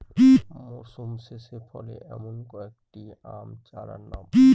মরশুম শেষে ফলে এমন কয়েক টি আম চারার নাম?